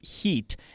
heat